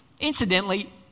Incidentally